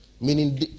meaning